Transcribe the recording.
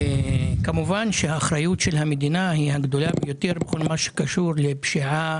כמובן שהאחריות הגדולה ביותר של המדינה היא בכל מה שקשור לפשיעה